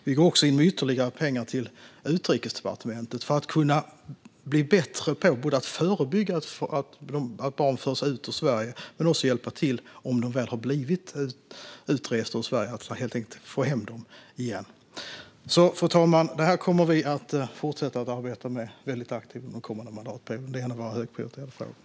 Vi går också in med ytterligare pengar till Utrikesdepartementet för att man ska kunna bli bättre på att förebygga att barn förs ut ur Sverige. Men om barn har rest ut ur Sverige ska man kunna hjälpa till att helt enkelt få hem dem igen. Fru talman! Vi kommer att fortsätta arbeta aktivt med det här under den kommande mandatperioden. Det är en av våra högprioriterade frågor.